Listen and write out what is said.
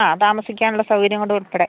ആ താമസിക്കാനുള്ള സൗകര്യം കൂടെ ഉൾപ്പെടെ